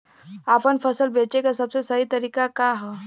आपन फसल बेचे क सबसे सही तरीका का ह?